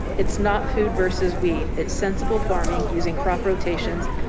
it's not food versus weed. it's sensible farming using crop rotations,